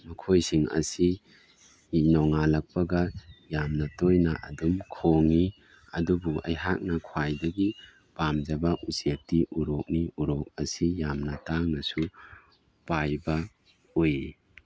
ꯃꯈꯣꯏꯁꯤꯡ ꯑꯁꯤ ꯅꯣꯡꯉꯥꯜꯂꯛꯄꯒ ꯌꯥꯝꯅ ꯇꯣꯏꯅ ꯑꯗꯨꯝ ꯈꯣꯡꯏ ꯑꯗꯨꯕꯨ ꯑꯩꯍꯥꯛꯅ ꯈ꯭ꯋꯥꯏꯗꯒꯤ ꯄꯥꯝꯖꯕ ꯎꯆꯦꯛꯇꯤ ꯎꯔꯣꯛꯅꯤ ꯎꯔꯣꯛ ꯑꯁꯤ ꯌꯥꯝꯅ ꯇꯥꯡꯅꯁꯨ ꯄꯥꯏꯕ ꯎꯏ